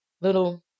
little